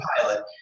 pilot